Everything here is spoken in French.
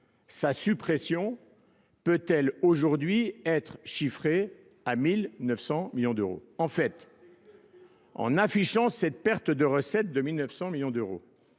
sa suppression peut-elle aujourd'hui être chiffrée à 1900 millions d'euros ? En fait, en affichant cette perte de recette de 1900 millions d'euros,